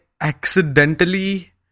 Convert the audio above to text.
accidentally